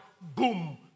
boom